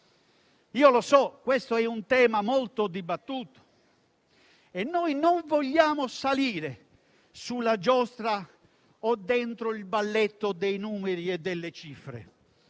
Lo so, è un tema molto dibattuto e noi non vogliamo salire sulla giostra o dentro il balletto dei numeri e delle cifre.